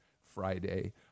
Friday